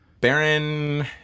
Baron